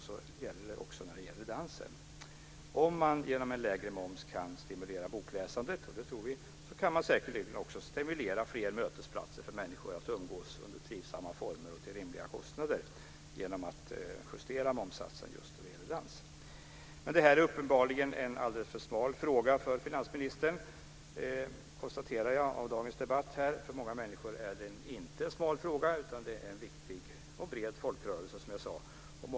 Så är det också när det gäller dansen. Om man genom en lägre moms kan stimulera bokläsandet - det tror vi - kan man säkerligen också stimulera fram fler mötesplatser för människor, där de kan umgås under trivsamma former och till rimliga kostnader, genom att justera momssatsen just när det gäller dans. Detta är uppenbarligen en alldeles för smal fråga för finansministern. Det konstaterar jag till följd av dagens debatt. För många människor är det inte en smal fråga. Det är en viktig och bred folkrörelse, som jag sade.